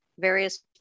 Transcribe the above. various